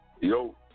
Yo